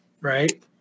right